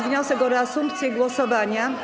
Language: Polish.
wniosek o reasumpcję głosowania.